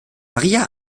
maria